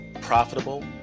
profitable